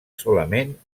solament